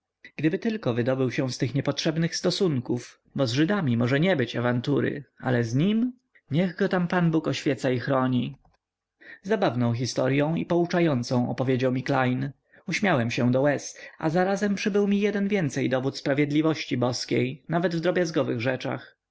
gdyby tylko wydobył się z tych niepotrzebnych stosunków bo z żydami może nie być awantury ale z nim niech go tam pan bóg oświeca i chroni zabawną historyą i pouczającą opowiedział mi klejn uśmiałem się do łez a zarazem przybył mi jeden więcej dowód sprawiedliwości boskiej nawet w drobiazgowych rzeczach